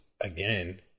again